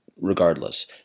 regardless